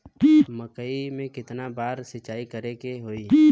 मकई में केतना बार सिंचाई करे के होई?